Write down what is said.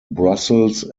brussels